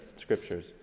scriptures